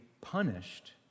punished